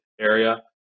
area